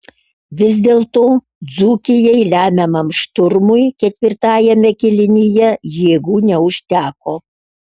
vis dėlto dzūkijai lemiamam šturmui ketvirtajame kėlinyje jėgų neužteko